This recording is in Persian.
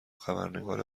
خبرنگار